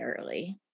early